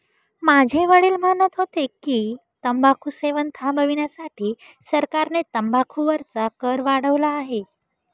माझे वडील म्हणत होते की, तंबाखू सेवन थांबविण्यासाठी सरकारने तंबाखू वरचा कर वाढवला आहे